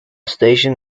station